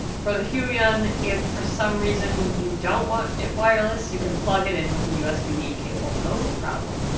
for the huion, if for some reason you don't want it wireless, you can plug it in with the usb cable no problem.